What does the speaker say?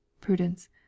PRUDENCE